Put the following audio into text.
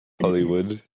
Hollywood